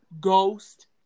Ghost